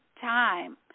time